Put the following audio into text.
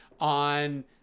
on